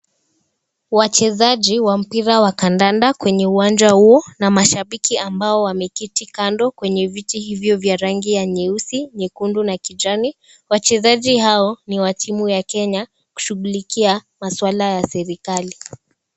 Wachezaji wa mpira wa kandanda kwenye uwanja huu na mashabiki ambao wameketi kando kwenye viti hivyo vya rangi ya nyeusi, nyekundu na kijani, wachezaji hao ni wa timu kenya wakishughulikia maswala ya serikali.